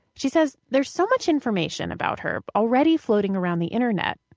she says there's so much information about her already floating around the internet,